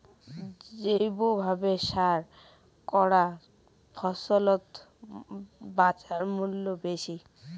জৈবভাবে চাষ করা ফছলত বাজারমূল্য বেশি